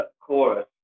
chorus